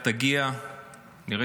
שאכן עסקה תגיע כמה שיותר מהר,